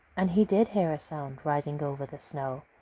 and he did hear a sound rising over the snow.